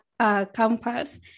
campus